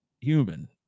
human